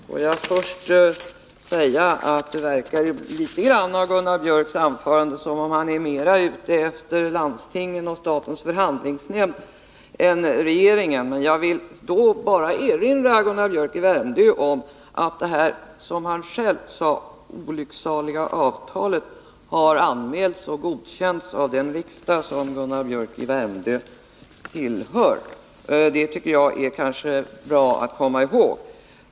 Herr talman! Får jag först säga att det verkar litet grand av Gunnar Biörcks i Värmdö anförande som om han är mera ute efter landstingen och statens förhandlingsnämnd än efter regeringen. Jag vill då bara erinra Gunnar Biörck om att det, som han själv kallade det, olycksaliga avtalet har anmälts för och godkänts av den riksdag som Gunnar Biörck tillhör. Det kan kanske vara bra att komma ihåg.